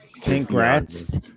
Congrats